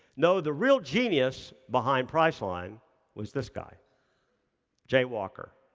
no, the real genius behind priceline was this guy jay walker.